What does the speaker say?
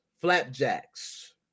flapjacks